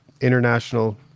International